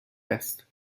است